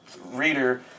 reader